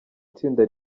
itsinda